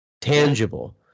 tangible